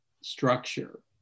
structure